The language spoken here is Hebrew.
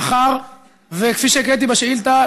מאחר שכפי שהקראתי בשאילתה,